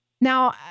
Now